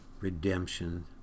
redemption